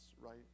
Right